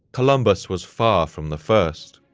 columbus was far from the first.